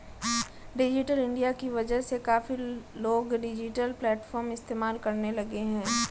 digital India की वजह से काफी लोग डिजिटल प्लेटफ़ॉर्म इस्तेमाल करने लगे हैं